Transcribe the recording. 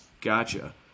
Gotcha